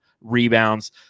rebounds